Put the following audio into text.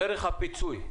דרך הפיצוי.